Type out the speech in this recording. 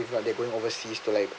if they're going overseas to like